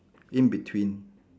in between